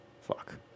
fuck